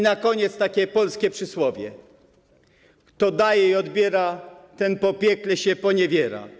Na koniec takie polskie przysłowie: kto daje i odbiera, ten w piekle się poniewiera.